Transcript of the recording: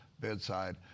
bedside